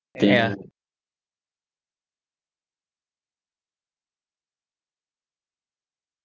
yeah